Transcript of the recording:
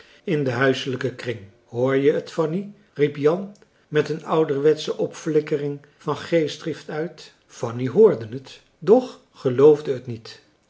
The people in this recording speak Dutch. in den huiselijken kring hoor je t fanny riep jan met een ouderwetsche opflikkering van geestdrift uit marcellus emants een drietal novellen fanny hoorde t doch geloofde t niet